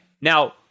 now